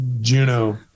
Juno